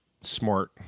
Smart